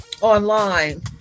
online